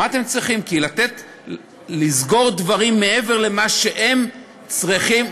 כי לסגור דברים מעבר למה שהם צריכים,